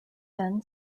then